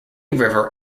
river